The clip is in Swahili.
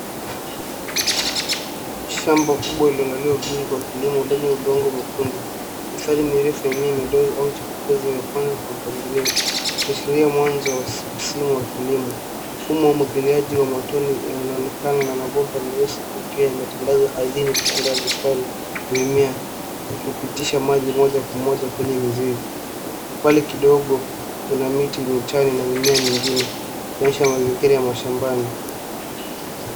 Shamba kubwa lililoandaliwa vizuri kwa kilimo, lenye udongo mwekundu. Mistari mirefu na miche mirefu au chupa zimepandwa ka mpangilio ukiashiria mwanza wa msimu wa kilimo. Mfumo wa umwangiliaji wa matone unaonekana na mabomba meusi yakiwa yame tandanzwa ardhini kando ya vistari na mimea yakipitisha maji moja kwa moja kwenye mizizi. Pale kidogo kuna miti michache minene na mimea myengine kuonyesha mazingira ya mashambani.